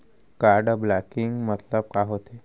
Card blocking मतलब का होथे?